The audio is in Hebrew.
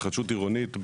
התחדשות עירונית,